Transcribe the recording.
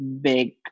big